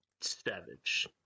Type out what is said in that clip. savage